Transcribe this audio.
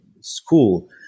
school